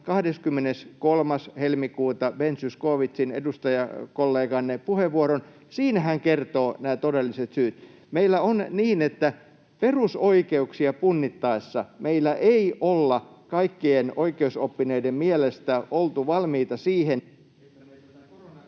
lukemaan Ben Zyskowiczin, edustajakolleganne, puheenvuoron 23. helmikuuta. Siinä hän kertoo nämä todelliset syyt. Meillä on ollut niin, että perusoikeuksia punnittaessa meillä ei olla kaikkien oikeusoppineiden mielestä oltu valmiita siihen, että me tätä